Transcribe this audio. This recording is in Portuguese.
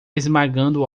esmagando